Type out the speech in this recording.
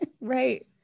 right